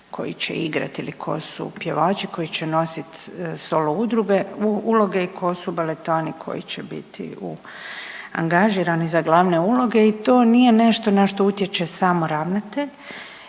koji će igrat ili ko su pjevači koji će nositi solo uloge i ko su baletani koji će biti angažirani za glavne uloge. I to nije nešto na što utječe samo ravnatelj